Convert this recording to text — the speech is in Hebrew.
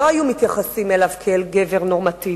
לא היו מתייחסים אליו כאל גבר נורמטיבי.